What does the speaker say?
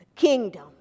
Kingdom